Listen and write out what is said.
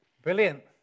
Brilliant